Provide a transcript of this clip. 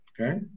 Okay